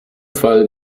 fall